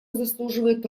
заслуживает